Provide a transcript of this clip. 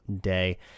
day